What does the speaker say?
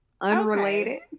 Unrelated